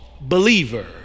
believer